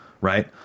Right